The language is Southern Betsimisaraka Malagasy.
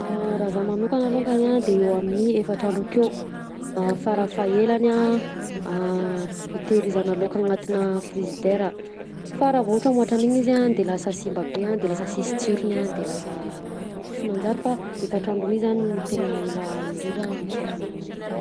Raha zah manokana longany a de eo amin'ny efatr'andro akeo farafaelany a ah itehirizana laoka anatina frizidera fa raha vao ohatra mihoatra an'iny izy de lasa simba be a, de lasa sisy tsirony a de lasa sy manjary fa efatr-andro mi zany tena ela indrindra itazomana ananjy akao.